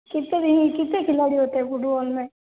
कितने नहीं कित्ते खिलाड़ी होते हैं फ़ुटबॉल में